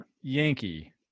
Yankee